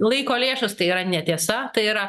laiko lėšas tai yra netiesa tai yra